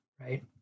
right